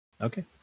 Okay